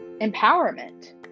empowerment